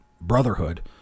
brotherhood